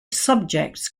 subjects